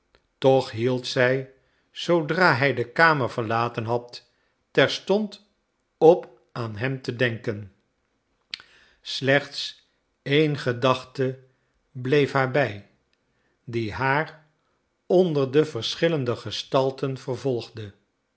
toch hield zij zoodra hij de kamer verlaten had terstond op aan hem te denken slechts eene gedachte bleef haar bij die haar onder de verschillende gestalten vervolgde